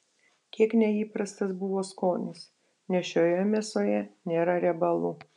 kiek neįprastas buvo skonis nes šioje mėsoje nėra riebalų